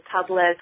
public